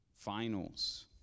finals